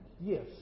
Yes